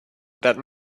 that